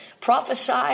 Prophesy